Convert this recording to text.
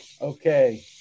Okay